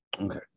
Okay